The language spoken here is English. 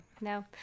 no